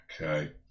Okay